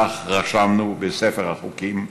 כך רשמנו בספר החוקים,